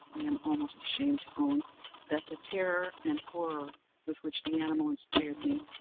i am almost ashamed to own that the terror and horror with which the animal inspired me,